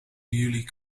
jullie